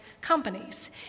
companies